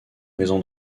maison